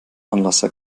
anlasser